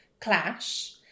clash